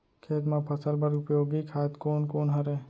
खेत म फसल बर उपयोगी खाद कोन कोन हरय?